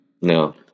no